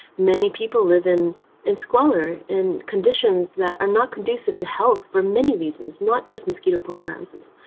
many people live in in squalor, in conditions that are not conducive to health for many reasons, not just mosquito borne viruses.